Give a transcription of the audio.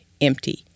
empty